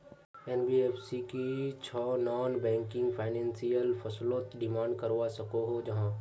NBFC की छौ non banking financial फसलोत डिमांड करवा सकोहो जाहा?